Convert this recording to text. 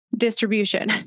Distribution